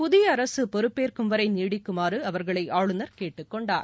புதிய அரசு பொறுப்பேற்கும் வரை நீடிக்குமாறு அவர்களை ஆளுநர் கேட்டுக்கொண்டார்